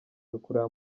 kureba